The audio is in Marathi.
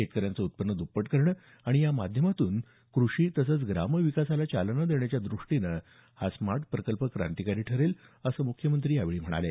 शेतकऱ्यांचं उत्पन्न दप्पट करणं आणि या माध्यमातून कृषी तसंच ग्राम विकासाला चालना देण्याच्या दृष्टीनं हा स्मार्ट प्रकल्प क्रांतिकारी ठरेल असं मुख्यमंत्री यावेळी म्हणाले